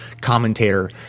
commentator